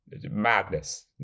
Madness